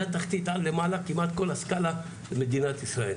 מהתחתית עד למעלה כמעט כל הסקאלה במדינת ישראל.